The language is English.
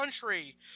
country